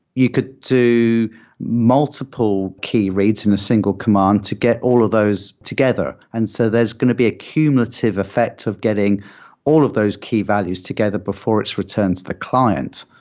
you could do multiple key reads in a single command to get all of those together. and so there's going to be a cumulative effect of getting all of those key values together before it's returned to the client.